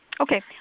Okay